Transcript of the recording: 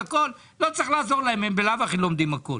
לא צריך לעזור להם כי הם בלאו הכי לומדים הכול.